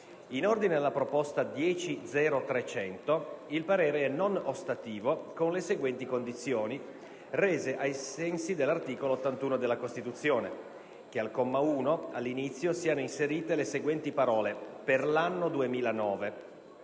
In ordine alla proposta 10.0.300 il parere è non ostativo, con le seguenti condizioni, rese ai sensi dell'articolo 81 della Costituzione: che, al comma 1, all'inizio siano inserite le seguenti parole: "Per l'anno 2009";